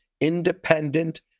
independent